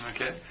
Okay